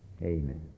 Amen